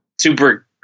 super